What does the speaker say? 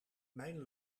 mijn